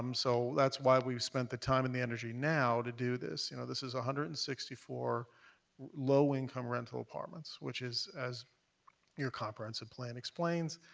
um so that's why we've spent the time and the energy now to do this. you know, this is one hundred and sixty four low-income rental apartments, which is, as your comprehensive plan explains,